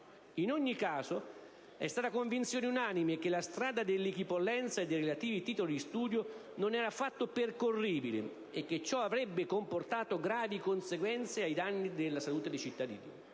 In ogni caso, è stata convinzione unanime che la strada dell'equipollenza dei relativi titoli di studio non era affatto percorribile e che ciò avrebbe comportato gravi conseguenze ai danni della salute dei cittadini.